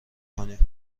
کنیم